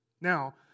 Now